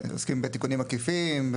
שעוסקים בתיקונים עקיפים,